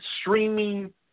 streaming